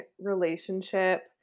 relationship